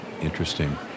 Interesting